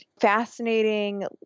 fascinating